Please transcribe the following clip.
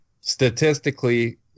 statistically